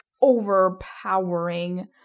overpowering